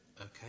Okay